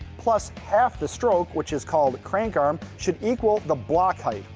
plus half the stroke, which is called crank arm, should equal the block height.